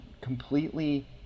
completely